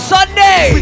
Sunday